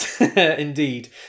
indeed